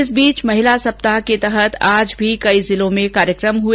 इस बीच महिला दिवस सप्ताह के तहत आज भी कई जिलों में कार्यक्रम हुए